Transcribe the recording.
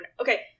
Okay